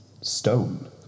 Stone